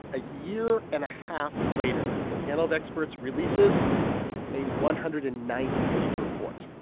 a year and a half later, the panel of experts releases a one hundred and ninety page report.